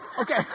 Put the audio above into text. okay